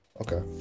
Okay